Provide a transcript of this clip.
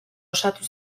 osatu